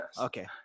okay